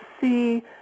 see